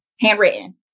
Handwritten